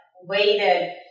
weighted